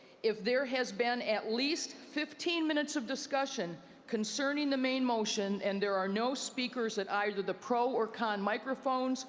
if there has been at least fifteen minutes of discussion concerning the main motion, and there are no speakers at either the pro or con microphones,